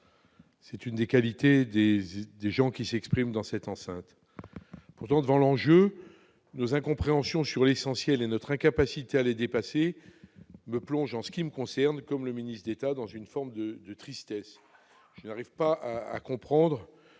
c'est l'une des qualités de ceux qui s'expriment dans cette enceinte ... Pourtant, devant l'enjeu, notre incompréhension sur l'essentiel et notre incapacité à la dépasser me plongent, comme M. le ministre d'État, dans une forme de tristesse. Je ne parviens pas à comprendre